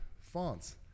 fonts